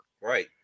Right